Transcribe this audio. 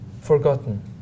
forgotten